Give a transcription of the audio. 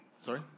sorry